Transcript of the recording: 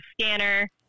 scanner